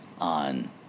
on